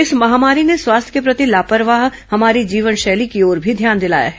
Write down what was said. इस महामारी ने स्वास्थ्य के प्रति लापरवाह हमारी जीवन शैली की ओर भी ध्यान दिलाया है